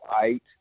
eight